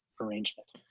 arrangement